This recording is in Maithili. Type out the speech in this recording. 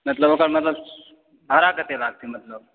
मतलब ओकर मतलब भाड़ा कते लागतै ओकर मतलब